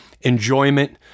enjoyment